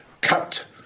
cut